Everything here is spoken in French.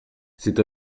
c’est